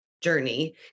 journey